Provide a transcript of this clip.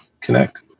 connect